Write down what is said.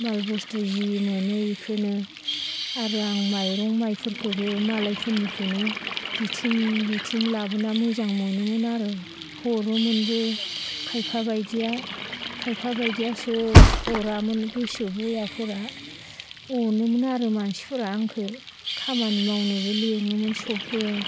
माल बुस्थु जि मोनो इखोनो आरो आं माइरं माइफोरखौबो मालायफोरनिखोनो बिथुम बिथुम लाबोना मोजां मोनोमोन आरो हरोमोनबो खायफाबायदिया खायफाबायदियासो हरामोन गोसो बयाफोरा अनोमोन आरो मानसिफोरा आंखो खामानि मावनोबो लिङोमोन सबबो